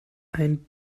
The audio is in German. ein